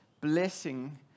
blessing